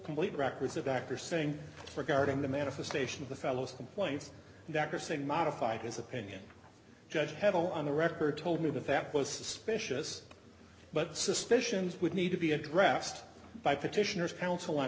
complete records of doctors saying regarding the manifestation of the fellow's complaints the doctor saying modified his opinion judge pedal on the record told me that that was suspicious but suspicions would need to be addressed by petitioners counsel